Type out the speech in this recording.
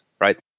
right